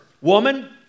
Woman